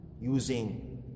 using